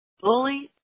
Bully